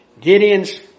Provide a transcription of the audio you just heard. Gideon's